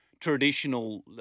traditional